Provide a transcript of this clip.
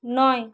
নয়